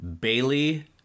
Bailey